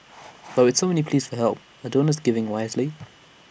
but with so many pleas for help are donors giving wisely